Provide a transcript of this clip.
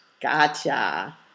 Gotcha